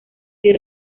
sin